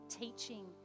teaching